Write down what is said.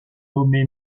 nommé